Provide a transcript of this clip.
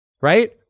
right